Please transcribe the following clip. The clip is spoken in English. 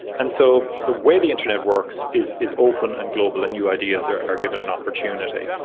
and so the way the internet works is is open and global, and new ideas are are given an opportunity.